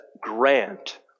grant